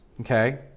Okay